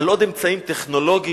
על עוד אמצעים טכנולוגיים.